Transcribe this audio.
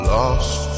Lost